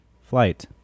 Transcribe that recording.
Flight